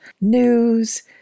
news